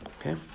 Okay